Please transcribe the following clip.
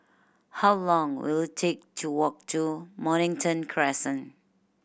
how long will it take to walk to Mornington Crescent